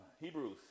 Hebrews